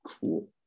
Cool